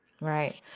Right